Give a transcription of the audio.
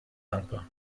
dankbar